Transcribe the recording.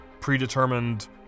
predetermined